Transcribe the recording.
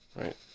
Right